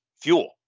fuel